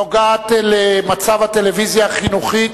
נוגעת למצב הטלוויזיה החינוכית,